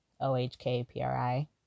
O-H-K-P-R-I